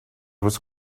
was